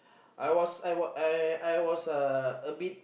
I was I was uh a bit